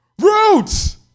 roots